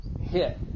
hit